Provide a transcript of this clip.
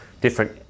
different